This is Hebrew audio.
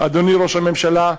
אדוני ראש הממשלה,